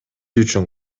үчүн